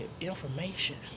information